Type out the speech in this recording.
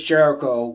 Jericho